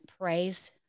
praise